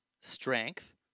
strength